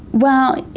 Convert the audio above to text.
well,